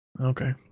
Okay